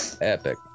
epic